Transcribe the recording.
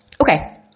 Okay